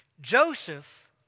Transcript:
Joseph